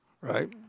right